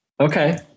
Okay